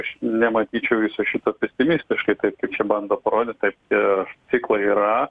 aš nematyčiau viso šito pesimistiškai taip kaip čia bando parodyt taip ir ciklai yra